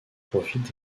profite